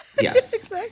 Yes